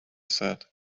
said